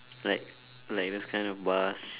like like those kind of bars